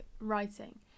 writing